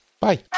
Bye